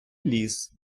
ліс